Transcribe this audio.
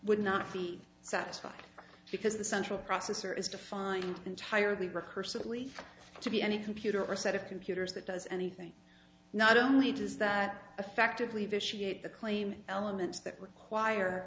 would not be satisfied because the central processor is defined entirely recursively to be any computer or set of computers that does anything not only does that effectively vitiate the claim elements that require